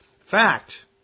fact